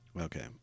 Okay